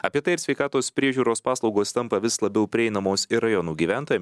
apie tai ar sveikatos priežiūros paslaugos tampa vis labiau prieinamos ir rajonų gyventojam